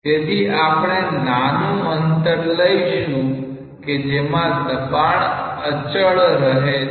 તેથી આપણે નાનું અંતર લઈશું કે જેમાં દબાણ અચળ રહે છે